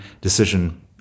decision